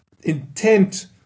intent